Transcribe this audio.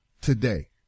today